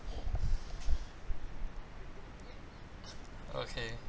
okay